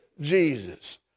Jesus